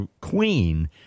queen